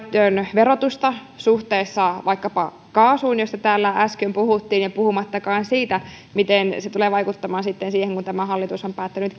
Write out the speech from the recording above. verotusta suhteessa vaikkapa kaasuun josta täällä äsken puhuttiin puhumattakaan siitä miten se tulee vaikuttamaan sitten siihen kun tämä hallitus on päättänyt